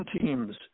teams